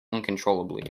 uncontrollably